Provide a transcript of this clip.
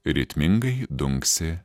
ritmingai dunksi